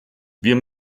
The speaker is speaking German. wir